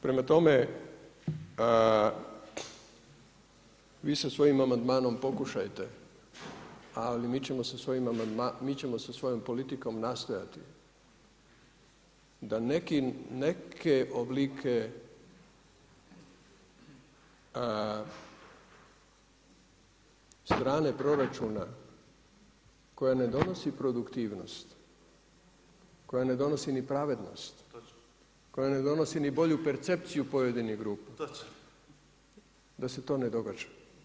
Prema tome, vi sa svojim amandmanom pokušajte, ali mi ćemo sa svojom politikom nastojati da neke oblike strane proračuna koja ne donosi produktivnost, koja ne donosi ni pravednost, koja ne donosi ni bolju percepciju pojedinih grupa, da se to ne događa.